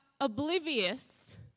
oblivious